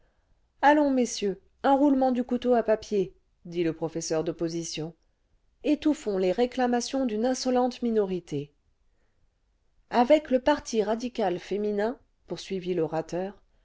allons messieurs un roulement du couteau à papier dit le professeur professeur étouffons les réclamations d'une insolente minorité avec le parti radical féminin poursuivit l'orateur